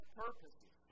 purposes